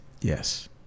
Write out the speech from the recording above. yes